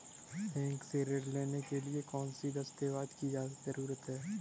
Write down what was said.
Bank से ऋण लेने के लिए कौन से दस्तावेज की जरूरत है?